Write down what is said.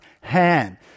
hand